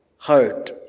hurt